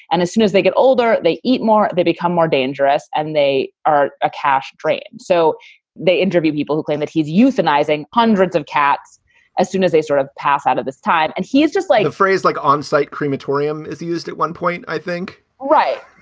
and as soon as they get older, they eat more, they become more dangerous and they are a cash drain. so they interview people who claim that he's euthanizing hundreds of cats as soon as they sort of pass out at this time and he is just like a phrase like onsite crematorium is used at one point, i think right.